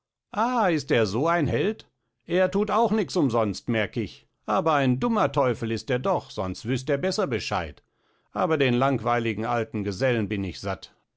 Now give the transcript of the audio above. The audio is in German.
ist er so ein held er thut auch nix umsonst merk ich aber ein dummer teufel ist er doch sonst wüst er beßer bescheid aber den langweiligen alten gesellen bin ich satt